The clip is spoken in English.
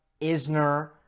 Isner